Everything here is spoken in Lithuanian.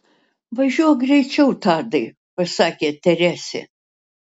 važiuok greičiau tadai pasakė teresė